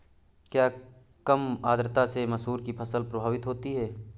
क्या कम आर्द्रता से मसूर की फसल प्रभावित होगी?